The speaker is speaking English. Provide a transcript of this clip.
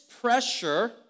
pressure